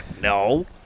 No